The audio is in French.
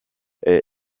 est